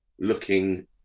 looking